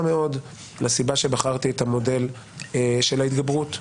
מאוד לסיבה שבחרתי את המודל של ההתגברות.